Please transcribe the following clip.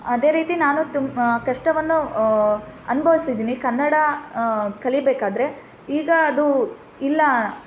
ಅದೇ ರೀತಿ ನಾನು ತುಂ ಕಷ್ಟವನ್ನು ಅನುಭವಿಸಿದ್ದೀನಿ ಕನ್ನಡ ಕಲಿಬೇಕಾದರೆ ಈಗ ಅದು ಇಲ್ಲ